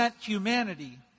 humanity